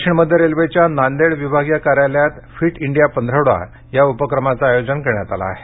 दक्षिण मध्य रेल्वेच्या नांदेड विभागीय कार्यालयात फिट इंडिया पंधरवडा या उपक्रमाचे आयोजन करण्यात आले आहे